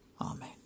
Amen